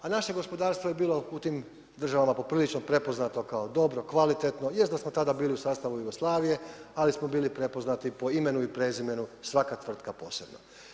A naše gospodarstvo je bilo u tim državama poprilično prepoznato kao dobro, kvalitetno. jest da smo tada bili u sastavu Jugoslavije, ali smo bili prepoznati po imenu i prezimenu svaka tvrtka posebno.